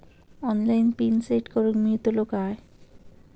Online pin set करूक मेलतलो काय?